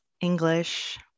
English